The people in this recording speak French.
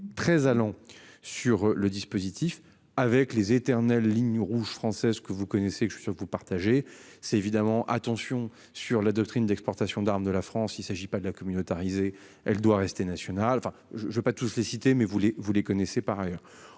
très allant sur le dispositif avec les éternels ligne rouge française que vous connaissez, que je vous partagez c'est évidemment attention sur la doctrine d'exportation d'armes de la France, il s'agit pas de communautariser elle doit rester nationale enfin je je veux pas tous les citer mais vous les, vous les connaissez par ailleurs